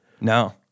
No